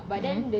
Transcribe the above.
mmhmm